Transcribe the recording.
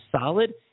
solid